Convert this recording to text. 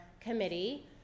committee